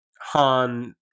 Han